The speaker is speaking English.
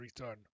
return